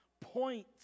points